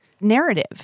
narrative